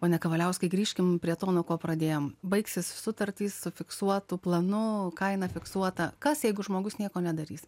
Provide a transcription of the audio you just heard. pone kavaliauskai grįžkim prie to nuo ko pradėjom baigsis sutartys su fiksuotu planu kaina fiksuota kas jeigu žmogus nieko nedarys